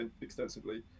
extensively